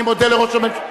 אני מודה לראש הממשלה.